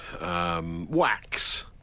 Wax